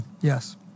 Yes